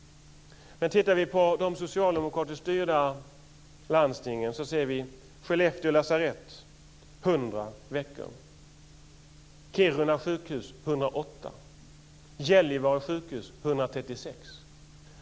Men tittar vi på de socialdemokratiskt styrda landstingen ser vi att kötiden på Skellefteå lasarett är 100 veckor, på Kiruna sjukhus 108 veckor och på Gällivare sjukhus 136 veckor.